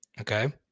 Okay